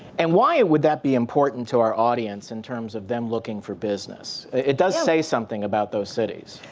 and why would that be important to our audience in terms of them looking for business? it does say something about those cities.